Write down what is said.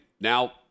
now